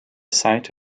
site